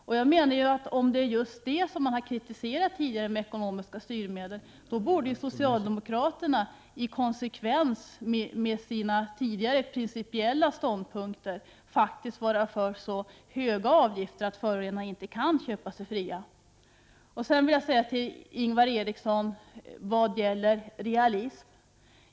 Om det är just detta som har gjort att man tidigare har kritiserat ekonomiska styrmedel, borde ju socialdemokraterna i konsekvens med sina tidigare principiella ståndpunkter faktiskt vara för så höga avgifter att förorenare inte kan köpa sig fria. Jag vill sedan vända mig till Ingvar Eriksson när det gäller realism.